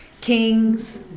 Kings